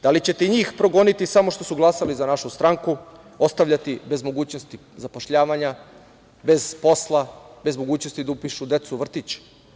Da li ćete njih progoniti samo što su glasali za našu stranku, ostavljati bez mogućnosti zapošljavanja, bez posla, bez mogućnosti da upišu decu u vrtić?